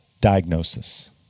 diagnosis